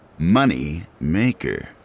Moneymaker